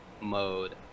mode